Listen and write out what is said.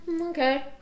okay